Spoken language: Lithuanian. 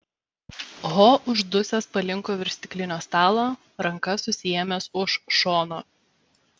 ho uždusęs palinko virš stiklinio stalo ranka susiėmęs už šono